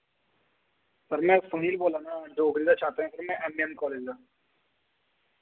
sir में सुनील बोल्ला ना डोगरी दा छात्तर ऐं सर में एम ए एम कालेज दा